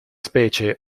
specie